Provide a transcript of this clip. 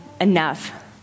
enough